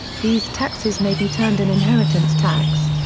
these taxes may be termed an inheritance tax.